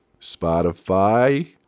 Spotify